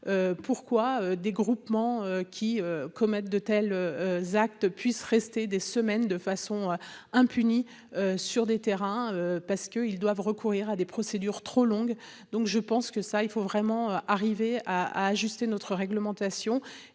pourquoi des groupements qui commettent de tels actes puissent rester des semaines de façon impunie sur des terrains parce que ils doivent recourir à des procédures trop longues, donc je pense que ça, il faut vraiment arriver à à ajuster notre réglementation